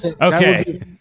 Okay